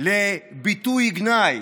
לביטוי גנאי?